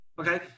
okay